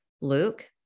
Luke